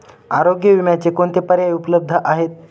आरोग्य विम्याचे कोणते पर्याय उपलब्ध आहेत?